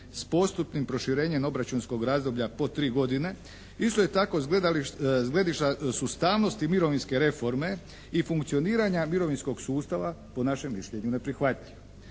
s postupnim proširenjem obračunskog razdoblja po 3 godine isto je tako s gledišta sustavnosti mirovinske reforme i funkcioniranja mirovinskog sustava po našem mišljenju neprihvatljiv.